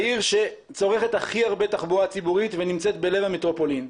העיר שצורכת הכי הרבה תחבורה ציבורית ונמצאת בלב המטרופולין.